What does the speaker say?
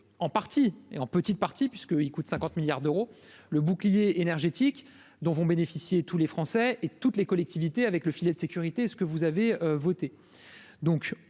en partie et en petite partie puisqu'il coûte 50 milliards d'euros, le bouclier énergétique dont vont bénéficier tous les Français et toutes les collectivités avec le filet de sécurité ce que vous avez voté